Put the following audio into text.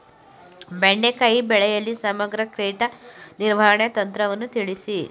ಬೆಂಡೆಕಾಯಿ ಬೆಳೆಯಲ್ಲಿ ಸಮಗ್ರ ಕೀಟ ನಿರ್ವಹಣೆ ತಂತ್ರವನ್ನು ತಿಳಿಸಿ?